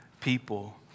people